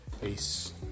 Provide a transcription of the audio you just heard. Peace